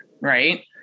right